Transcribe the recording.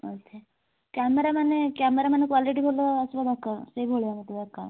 ଆଚ୍ଛା କ୍ୟାମେରା ମାନେ କ୍ୟାମେରା ମାନେ କ୍ଵାଲିଟି ଭଲ ଆସିବା ଦରକାର ସେଇଭଳିଆ ମୋତେ ଦରକାର